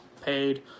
paid